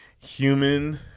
human